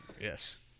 Yes